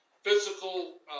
physical